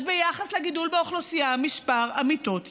אז ביחס לגידול באוכלוסייה, מספר המיטות ירד.